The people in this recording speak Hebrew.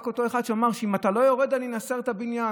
רק אותו אחד שאמר: אם אתה לא יורד אני אנסר את הבניין.